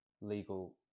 legal